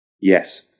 Yes